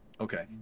okay